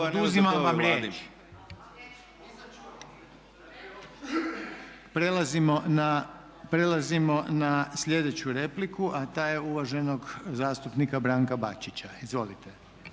oduzimam vam riječ! Prelazimo na sljedeću repliku a ta je uvaženog zastupnika Branka Bačića. Izvolite.